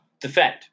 defend